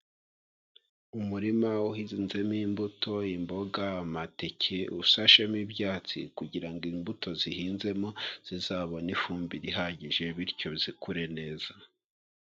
Umurima uhinzemo imbuto, imboga, amateke, usashemo ibyatsi kugira ngo imbuto zihinzemo zizabone ifumbire ihagije bityo zikure neza.